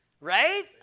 Right